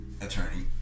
attorney